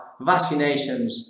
vaccinations